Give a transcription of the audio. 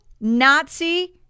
Nazi